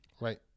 right